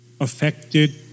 affected